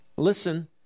Listen